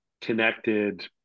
connected